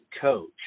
coach